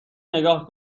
نگاه